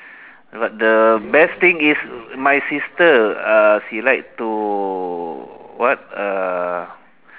but the best thing is my sister uh she like to what uh